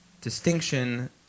distinction